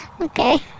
Okay